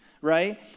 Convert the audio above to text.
right